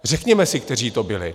Řekněme si, kteří to byli.